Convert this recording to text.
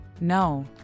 No